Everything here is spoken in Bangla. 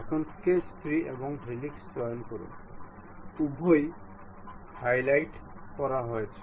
এখন স্কেচ 3 এবং হেলিক্সও চয়ন করুন উভয়ই হাইলাইট করা হয়েছে